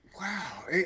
Wow